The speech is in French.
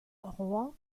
rouen